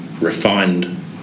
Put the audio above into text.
refined